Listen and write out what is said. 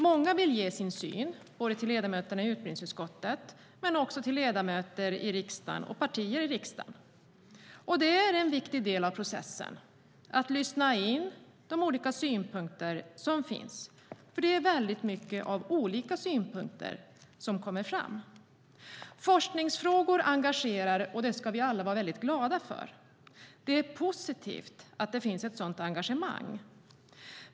Många vill ge sin syn till ledamöterna i utbildningsutskottet men också till övriga ledamöter i riksdagen och till partierna i riksdagen. En viktig del av processen är att lyssna till de olika synpunkter som finns, för det kommer fram väldigt många olika synpunkter. Forskningsfrågor engagerar, och det ska vi alla vara glada för. Det är positivt att det finns ett sådant engagemang.